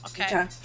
Okay